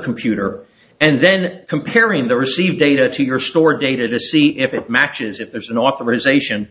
computer and then comparing the received data to your stored data to see if it matches if there's an authorization